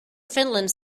finland